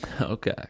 okay